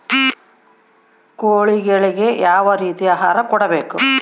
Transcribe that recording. ಕೋಳಿಗಳಿಗೆ ಯಾವ ರೇತಿಯ ಆಹಾರ ಕೊಡಬೇಕು?